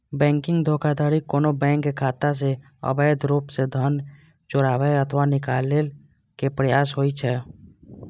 banking धोखाधड़ी कोनो bank खाता सं अवैध रूप सं धन चोराबै अथवा निकाले के प्रयास होइ छै